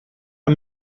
amb